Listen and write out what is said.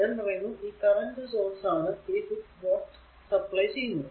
ഞാൻ പറയുന്നു ഈ കറന്റ് സോഴ്സ് ആണ് ഈ 6 വാട്ട് സപ്ലൈ ചെയ്യുന്നത്